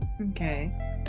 Okay